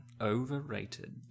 Overrated